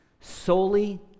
solely